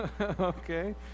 Okay